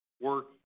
work